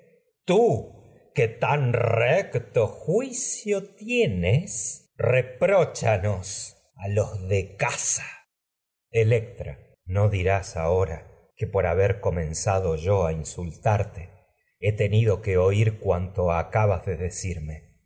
tú que tan recto juicio tienes repróchanos electra no los de casa dirás ahora que por haber comenzado acabas de de yo a insultarte he tenido pero si me que oír cuanto yo cirme